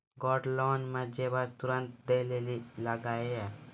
Gold loan मे जेबर तुरंत दै लेली लागेया?